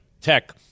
tech